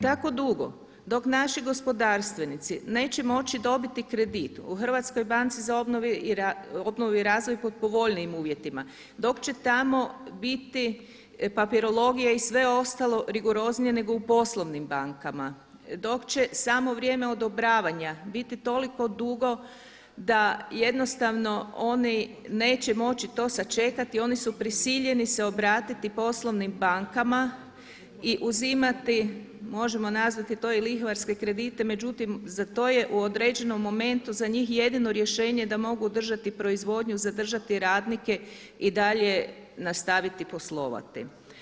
Tako dugo dok naši gospodarstvenici neće moći dobiti kredit u HBOR-u pod povoljnijim uvjetima dok će tamo biti papirologije i sve ostalo rigoroznije nego u poslovnim bankama, dok će samo vrijeme odobravanja biti toliko dugo da jednostavno oni neće moći to sačekati oni su prisiljeni se obratiti poslovnim bankama i uzimati možemo nazvati to i lihvarske kredite, međutim za to je u određenom momentu za njih jedino rješenje da mogu držati proizvodnju, zadržati radnike i dalje nastaviti poslovati.